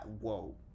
whoa